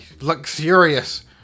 luxurious